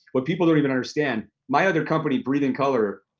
what people don't even understand, my other company, breathing color,